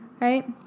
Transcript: Right